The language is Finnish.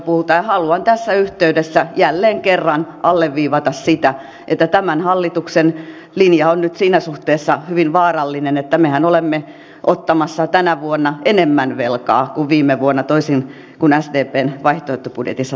ja haluan tässä yhteydessä jälleen kerran alleviivata sitä että tämän hallituksen linja on nyt siinä suhteessa hyvin vaarallinen että mehän olemme ottamassa tänä vuonna enemmän velkaa kuin viime vuonna toisin kuin sdpn vaihtoehtobudjetissa tapahtuisi